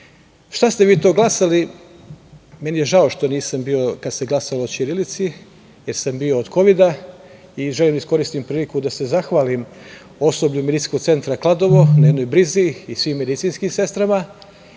šta ste vi to glasali? Meni je žao što nisam bio kada se glasalo o ćirilici, jer sam bio od kovida, i želim da iskoristim priliku da se zahvalim osoblju medicinskog centra Kladovo na jednoj brizi i svim medicinskim sestrama,